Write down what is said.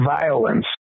violence